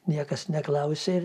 niekas neklausė ir